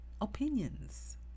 opinions